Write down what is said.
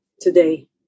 today